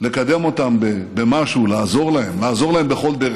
לקדם אותם במשהו, לעזור להם, לעזור להם בכל דרך.